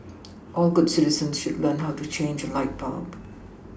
all good citizens should learn how to change a light bulb